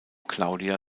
claudia